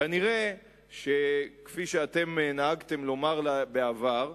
כפי שאתם נהגתם לומר בעבר,